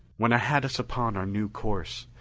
when i had us upon our new course,